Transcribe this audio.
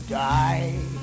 die